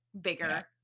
bigger